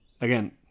again